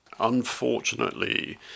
unfortunately